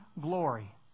glory